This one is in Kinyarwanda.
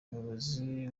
umuyobozi